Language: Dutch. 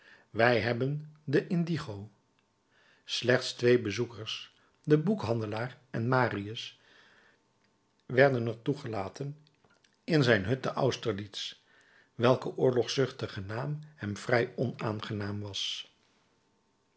wij hebben de indigo slechts twee bezoekers de boekhandelaar en marius werden er toegelaten in zijn hut te austerlitz welke oorlogzuchtige naam hem vrij onaangenaam was